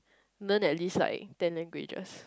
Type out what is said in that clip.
no at least like then agree just